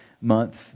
month